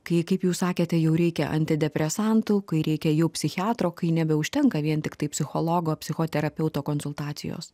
kai kaip jūs sakėte jau reikia antidepresantų kai reikia jau psichiatro kai nebeužtenka vien tiktai psichologo psichoterapeuto konsultacijos